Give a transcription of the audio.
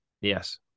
yes